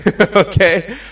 Okay